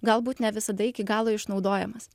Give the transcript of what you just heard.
galbūt ne visada iki galo išnaudojamas